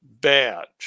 Badge